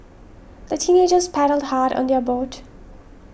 the teenagers paddled hard on their boat